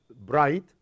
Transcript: bright